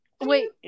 Wait